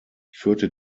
führte